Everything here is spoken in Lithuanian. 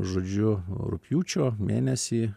žodžiu rugpjūčio mėnesį